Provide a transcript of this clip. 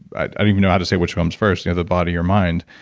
i don't even know how to say which comes first, you know the body or mind?